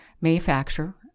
manufacturer